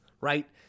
right